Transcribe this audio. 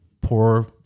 poor